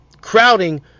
crowding